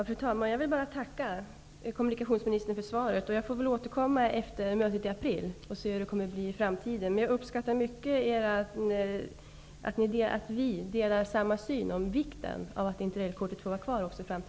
Fru talman! Jag vill tacka kommunikationsministern för svaret. Jag får väl återkomma efter mötet i april för att höra efter hur det kommer att bli i framtiden. Jag uppskattar mycket att vi har samma syn på vikten av att